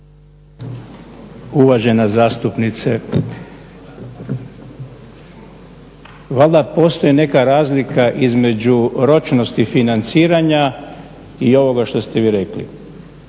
Uvažena zastupnice, valjda postoji neka razlika između ročnosti financiranja i ovoga što ste vi rekli.